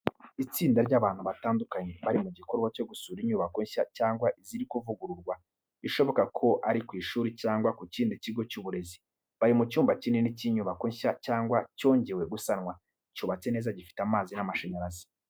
Itsinda ry’abantu batandukanye bari mu gikorwa cyo gusura inyubako nshya cyangwa ziri kuvugururwa, bishoboka ko ari ku ishuri cyangwa ku kindi kigo cy’uburezi. Bari mu cyumba kinini cy’inyubako nshya cyangwa cyongewe gusanwa. Cyubatse neza, gifite amazi n'amashanyarazi.